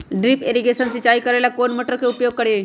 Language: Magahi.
ड्रिप इरीगेशन सिंचाई करेला कौन सा मोटर के उपयोग करियई?